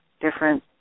different